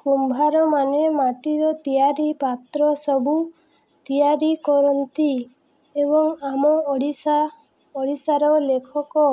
କୁମ୍ଭାରମାନେ ମାଟିରେ ତିଆରି ପାତ୍ର ସବୁ ତିଆରି କରନ୍ତି ଏବଂ ଆମ ଓଡ଼ିଶା ଓଡ଼ିଶାର ଲେଖକ